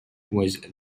was